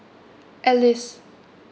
alice